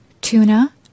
tuna